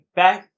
back